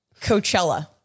Coachella